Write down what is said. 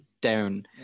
down